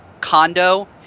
condo